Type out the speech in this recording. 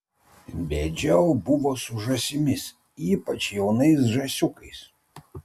bėdžiau buvo su žąsimis ypač jaunais žąsiukais